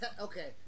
okay